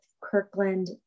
Kirkland